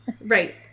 Right